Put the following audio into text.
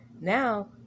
now